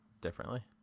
differently